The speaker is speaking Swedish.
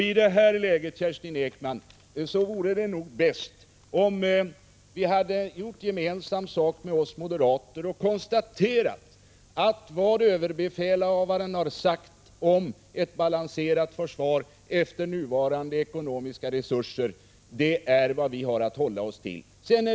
I detta läge vore det nog bäst, Kerstin Ekman, om ni hade gjort gemensam sak med oss moderater och konstaterat att vad överbefälhavaren har sagt om ett balanserat försvar efter nuvarande ekonomiska resurser är vad vi har att hålla oss till.